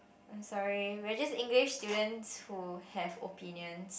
I'm sorry we are just English students who have opinions